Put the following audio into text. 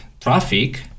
traffic